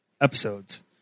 episodes